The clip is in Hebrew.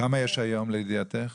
כמה יש היום לידיעתך?